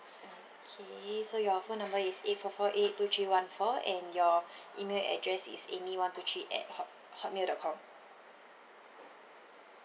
okay so your phone number is eight four four eight two three one four and your email address is amy one two three at hot hotmail dot com